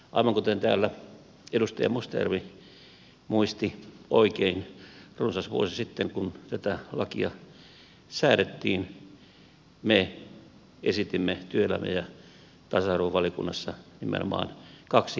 aivan kuten edustaja mustajärvi muisti oikein runsas vuosi sitten kun tätä lakia säädettiin me esitimme työelämä ja tasa arvovaliokunnassa nimenomaan kaksi keskeistä parannusta